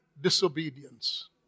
disobedience